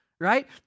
Right